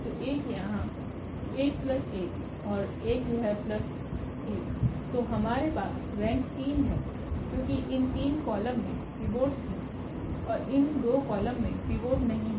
तो 1 यहाँ 1 प्लस 1 और 1 यह प्लस 1 तो हमारे पास रेंक 3 है क्योंकि इन 3 कॉलम में पिवोट्स हैं और इन दो कॉलम में पिवोट नहीं है